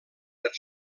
per